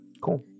Cool